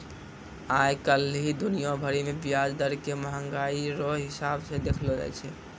आइ काल्हि दुनिया भरि मे ब्याज दर के मंहगाइ रो हिसाब से देखलो जाय छै